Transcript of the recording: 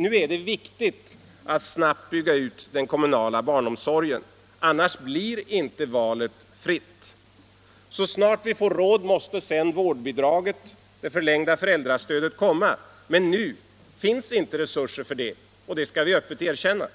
Nu är det viktigt att snabbt bygga ut den kommunala barnomsorgen — annars blir valet inte fritt. Så snart vi får råd måste sedan vårdbidraget — det förlängda föräldrastödet - komma, men nu finns det inte resurser för det. Detta bör vi öppet erkänna.